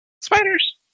Spiders